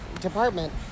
department